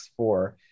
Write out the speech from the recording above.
X4